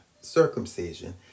circumcision